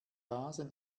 rasen